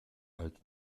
alt